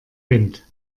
wind